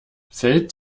fällt